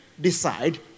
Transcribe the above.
decide